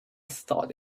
thought